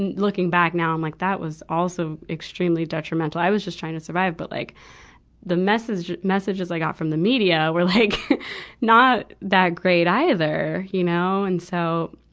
and looking back now, i'm like that was also extremely detrimental. i was just trying to survive. but like the messages messages i got from the media were like not that great either, you know. and so,